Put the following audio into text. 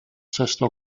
sesto